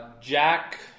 jack